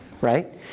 right